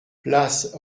place